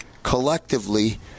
Collectively